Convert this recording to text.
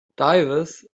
divers